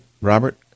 Robert